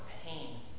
pain